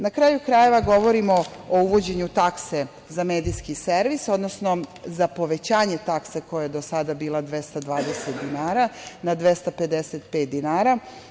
Na kraju krajeva govorimo o uvođenju takse za medijski servis, odnosno za povećanje takse koja je do sada bila 220 dinara na 255 dinara.